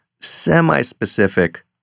semi-specific